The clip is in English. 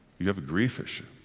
you have a grief issue.